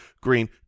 Green